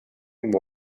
and